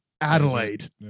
Adelaide